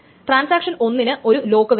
transaction 1 ന് ഒരു lock വേണം